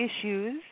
issues